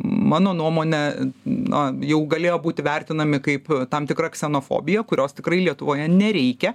mano nuomone na jau galėjo būti vertinami kaip tam tikra ksenofobija kurios tikrai lietuvoje nereikia